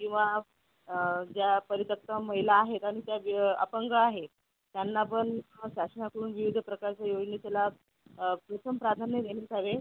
किंवा ज्या परित्यक्ता महिला आहेत आणि त्या अपंग आहे त्यांना पण शासनाकडून विविध प्रकारच्या योजनेचा लाभ प्रथम प्रधान्य नेहमीच हवे